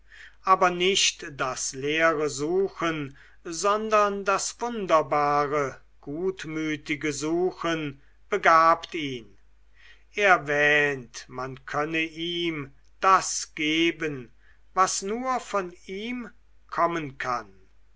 aber nicht das leere suchen sondern das wunderbare gutmütige suchen begabt ihn erwähnt man könne ihm das geben was nur von ihm kommen kann